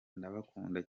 ndabakunda